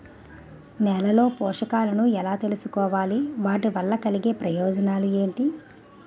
నేలలో పోషకాలను ఎలా తెలుసుకోవాలి? వాటి వల్ల కలిగే ప్రయోజనాలు ఏంటి?